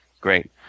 Great